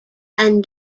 and